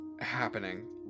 happening